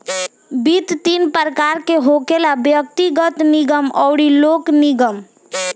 वित्त तीन प्रकार के होखेला व्यग्तिगत, निगम अउरी लोक निगम